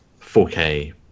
4K